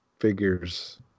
figures